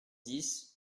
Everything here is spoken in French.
dix